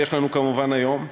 יש לנו כמובן היום,